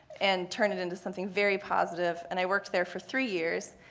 and turn it into something very positive. and i worked there for three years.